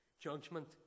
judgment